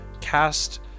cast